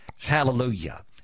Hallelujah